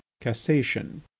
Cassation